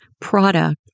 product